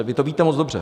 Vy to víte moc dobře.